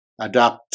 adapt